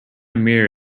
mirror